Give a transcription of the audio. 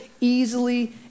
easily